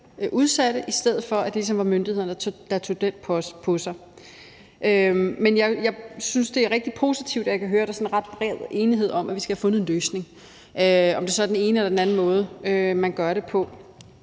udsatte, i stedet for at det ligesom var myndighederne, der tog den post på sig. Men jeg synes, det er rigtig positivt, og jeg kan høre, at der er sådan ret bred enighed om, at vi skal have fundet en løsning, om det så er den ene eller anden måde, man gør det på.